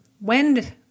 wind